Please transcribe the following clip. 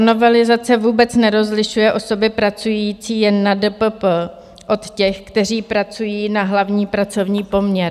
Ta novelizace vůbec nerozlišuje osoby pracující jen na DPP od těch, kteří pracují na hlavní pracovní poměr.